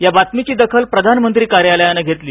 या बातमीची दाखल प्रधानमंत्री कार्यालयाने घेतली